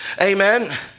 amen